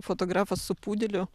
fotografas su pudeliu